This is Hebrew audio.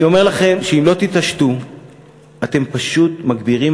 אני אומר לכם שאם לא תתעשתו אתם פשוט מגבירים